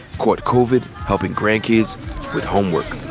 quote, covid helping grandkids with homework.